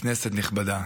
כנסת נכבדה,